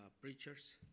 preachers